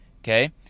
okay